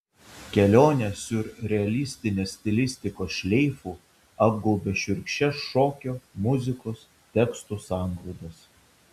kelionė siurrealistinės stilistikos šleifu apgaubia šiurkščias šokio muzikos tekstų sangrūdas